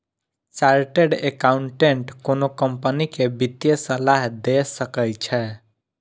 chartered accountant कोनो company कें वित्तीय सलाह दए सकै छै